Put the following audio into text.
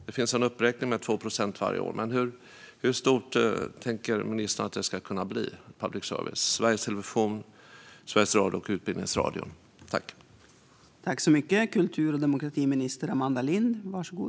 Det finns en uppräkning med 2 procent varje år, men hur stort tänker ministern att public service - Sveriges Television, Sveriges Radio och Utbildningsradion - ska kunna bli?